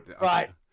Right